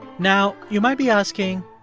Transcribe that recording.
now, you might be asking,